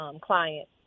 client